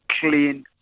clean